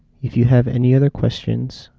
if you have any other questions,